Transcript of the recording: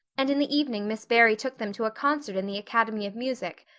and in the evening miss barry took them to a concert in the academy of music,